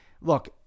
look